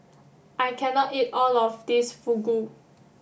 I can not eat all of this Fugu